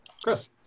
Chris